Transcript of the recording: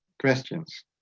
questions